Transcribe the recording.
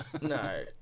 No